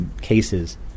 cases